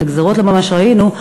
את הגזירות לא ממש ראינו,